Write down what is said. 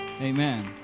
amen